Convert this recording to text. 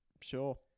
Sure